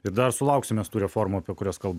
ir dar sulauksim mes tų reformų apie kurias kalba